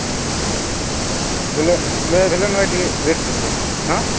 ହୁଁ ବୋଇଲେ ଵଲେନୋ ଭାଇ ଟିକେ ରେଟ୍ ପଡ଼ି ପାରେ ହାଁ